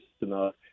enough